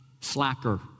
slacker